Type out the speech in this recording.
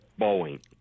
Boeing